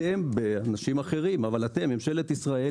אתם ואנשים אחרים אבל אתם, ממשלת ישראל.